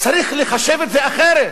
צריך לחשב את זה אחרת,